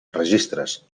registres